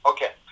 Okay